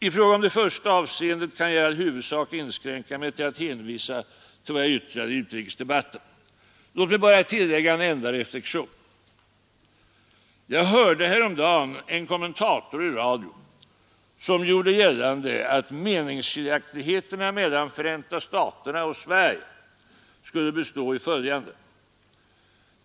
I det första avseendet kan jag dock i huvudsak inskränka mig till att hänvisa till vad jag yttrade i utrikesdebatten. Låt mig bara tillägga en enda reflexion. Jag hörde häromdagen en kommentator i radio som gjorde gällande att meningsskiljaktigheterna mellan Förenta staterna och Sverige skulle bestå i följande.